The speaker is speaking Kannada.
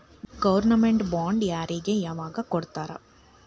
ಗೊರ್ಮೆನ್ಟ್ ಬಾಂಡ್ ಯಾರಿಗೆ ಯಾವಗ್ ಕೊಡ್ತಾರ?